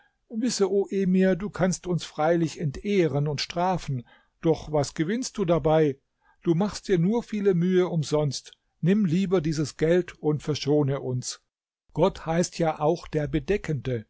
o emir du kannst uns freilich entehren und strafen doch was gewinnst du dabei du machst dir nur viele mühe umsonst nimm lieber dieses geld und verschone uns gott heißt ja auch der bedeckende